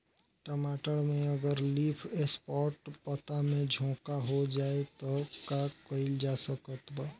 टमाटर में अगर लीफ स्पॉट पता में झोंका हो जाएँ त का कइल जा सकत बा?